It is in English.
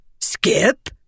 Skip